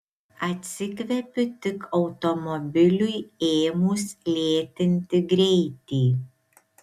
atsikvepiu tik automobiliui ėmus lėtinti greitį